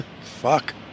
Fuck